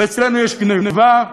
ואצלנו יש גנבה,